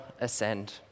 ascend